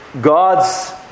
God's